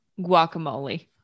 Guacamole